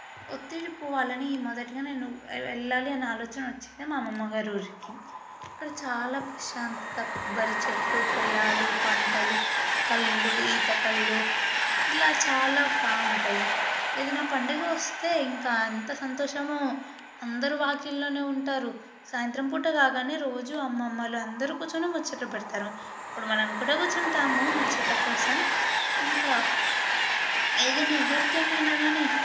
ఒత్తిడి పోవాలని మొదటిగా నేను వెళ్ళాలి అని ఆలోచన వచ్చింది మా అమ్మమ్మ గారి ఊరికి అక్కడ చాలా ప్రశాంతత కొబ్బరి చెట్లు పొలాలు పంటలు కల్లు ఈతకల్లు ఇలా చాలా బాగుంటాయి ఏదైనా పండగ వస్తే ఇంకా అంత సంతోషమో అందరు వాకిట్లోనే ఉంటారు సాయంత్రం పూట కాగానే రోజు అమ్మమ్మలు అందరూ కూర్చొని ముచ్చట్లు పెడతారు ఇప్పుడు మనం కూడా కూర్చుంటాము ముచ్చట్ల కోసం ఇంకా ఏదైనా ఎవరికి ఏమైనా కానీ